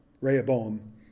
Rehoboam